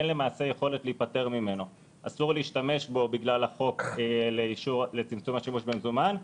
אין יכולת להיפטר ממנו בגלל החוק לצמצום השימוש במזומן,